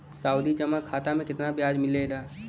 सावधि जमा खाता मे कितना ब्याज मिले ला?